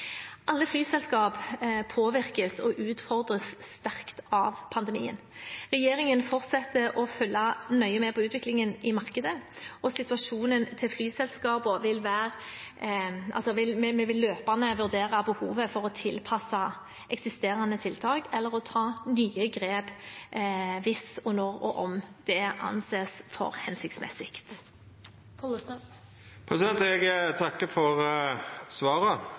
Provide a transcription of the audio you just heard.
Alle flyselskaper påvirkes og utfordres sterkt av pandemien. Regjeringen fortsetter å følge nøye med på utviklingen i markedet og situasjonen til flyselskapene, og vi vil løpende vurdere behovet for å tilpasse eksisterende tiltak eller ta nye grep hvis, når og om det anses hensiktsmessig. Eg takkar for svaret.